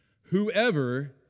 Whoever